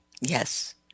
Yes